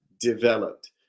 developed